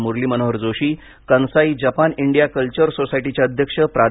Murli Manohar Joshi Kansai Japan India culture सोसायटीचे अध्यक्ष प्रा